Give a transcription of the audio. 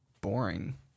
boring